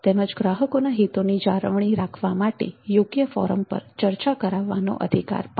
તેમજ ગ્રાહકોના હિતોના જાળવી રાખવા માટે યોગ્ય ફોરમ પર ચર્ચા કરાવવાનો પણ અધિકાર છે